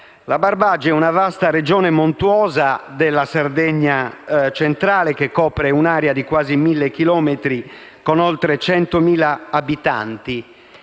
La Barbagia è una vasta Regione montuosa della Sardegna centrale, che copre un'area di quasi mille chilometri, con oltre centomila abitanti.